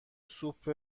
سوپ